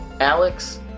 Alex